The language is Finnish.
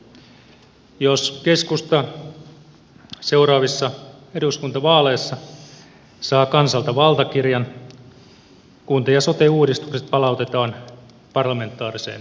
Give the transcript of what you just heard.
jos keskusta seuraavissa eduskuntavaaleissa saa kansalta valtakirjan kunta ja sote uudistukset palautetaan parlamentaariseen valmisteluun